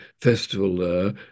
festival